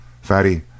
Fatty